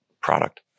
product